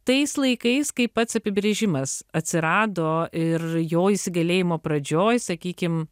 tais laikais kai pats apibrėžimas atsirado ir jo įsigalėjimo pradžioj sakykim